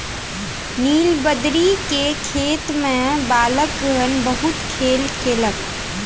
नीलबदरी के खेत में बालकगण बहुत खेल केलक